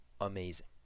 amazing